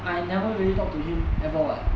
I never really talked to him ever [what]